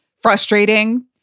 frustrating